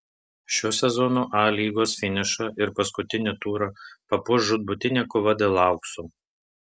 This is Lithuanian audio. šio sezono a lygos finišą ir paskutinį turą papuoš žūtbūtinė kova dėl aukso